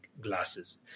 glasses